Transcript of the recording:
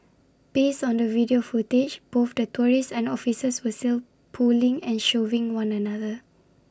based on the video footage both the tourists and officers were sell pulling and shoving one another